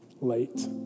late